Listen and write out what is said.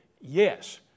Yes